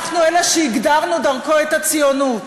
אנחנו אלה שהגדרנו דרכו את הציונות,